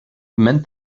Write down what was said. meant